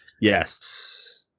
Yes